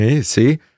see